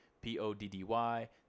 P-O-D-D-Y